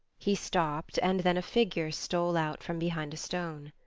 he stopped, and then a figure stole out from behind a stone.